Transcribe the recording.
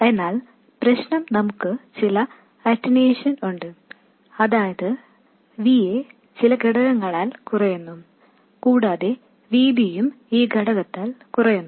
എന്നാൽ പ്രശ്നം നമുക്ക് ചില അറ്റന്വേഷൻ ഉണ്ട് എന്നതാണ് അതായത് Va ചില ഘടകങ്ങളാൽ കുറയുന്നു കൂടാതെ Vb യും ഈ ഘടകത്താൽ കുറയുന്നു